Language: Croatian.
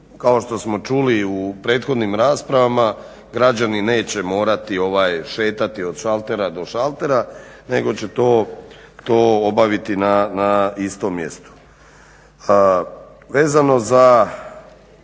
kao što smo čuli u prethodnim raspravama, građani neće morati šetati od šaltera do šaltera nego će to obaviti na istom mjestu.